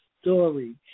story